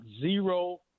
zero